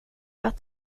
att